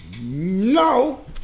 No